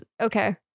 okay